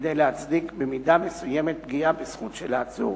כדי להצדיק במידה מסוימת פגיעה בזכות של העצור